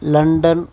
London